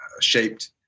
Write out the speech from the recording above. shaped